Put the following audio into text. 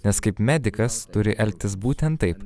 nes kaip medikas turi elgtis būtent taip